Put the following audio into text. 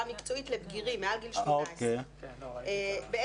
מקצועית לבגירים מעל גיל 18. בעצם,